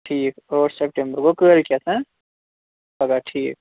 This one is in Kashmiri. ٹھیٖک ٲٹھ سیپٹَمبَر گوٚو کٲلِکیتھ ہہ پگاہ ٹھیٖک